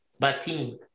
Batim